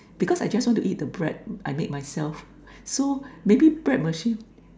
because I just want to eat the bread I make myself so maybe bread machine